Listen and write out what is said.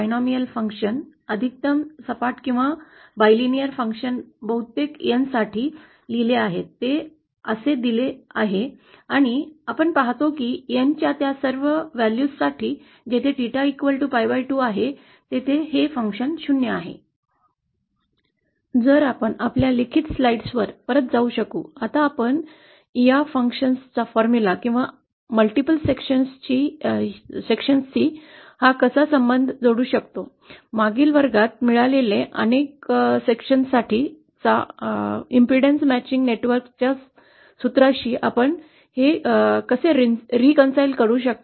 हे कार्य हे अधिकतम सपाट किंवा द्विपक्षीय फंक्शन बहुतेक N साठी लिहिलेले आहे ते असे दिले आहे आणि आपण पाहतो N च्या त्या सर्व व्हॅल्यूज साठी जिथे 𝚹 pi 2 आहे तिथे हे शून्य आहे जर आपण आपल्या लिखित स्लाईड्सवर परत जाऊ शकू आता आपण या कार्या चा फॉर्म्युला किंवा अनेक विभागाशी ही कसा संबंध जोडू शकतो मागील वर्गात मिळालेल्या अनेक विभागांसाठी च्या अडथळा जुळवणी नेटवर्कच्या या सूत्राशी आपण कसे जुळवून घेऊ शकतो